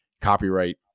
Copyright